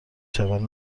چمن